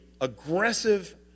aggressive